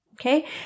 Okay